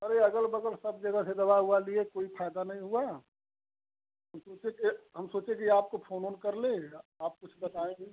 अरे अगल बगल सब जगह से दवा उवा लिए कोई फ़ायदा नहीं हुआ सोचे कि हम सोचे कि आपको फ़ोन उन कर लें आप कुछ बताएँगे